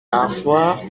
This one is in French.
parfois